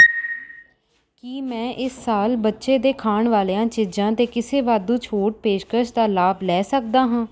ਕੀ ਮੈਂ ਇਸ ਸਾਲ ਬੱਚੇ ਦੇ ਖਾਣ ਵਾਲੀਆਂ ਚੀਜ਼ਾਂ 'ਤੇ ਕਿਸੇ ਵਾਧੂ ਛੋਟ ਪੇਸ਼ਕਸ਼ ਦਾ ਲਾਭ ਲੈ ਸਕਦਾ ਹਾਂ